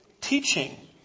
Teaching